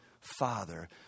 Father